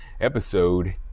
episode